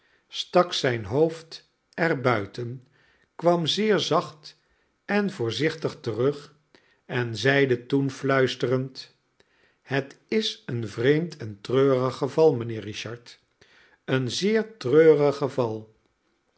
stak zijn hoofd er buiten kwam zeer zacht en voorzichtigterug en zeide toen fluisterend het is een vreemd en treurig geval mijnheer richard een zeer treurig geval